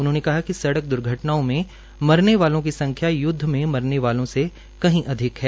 उन्होंने कहा कि सड़क द्र्घटनाओं में मरने वालों की संख्या य्द्व में मरने वालों से कही अधिक है